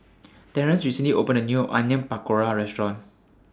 Terence recently opened A New Onion Pakora Restaurant